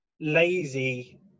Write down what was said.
lazy